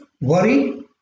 worry